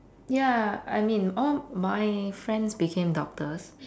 ya I mean all my friends became doctors